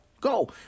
go